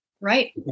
Right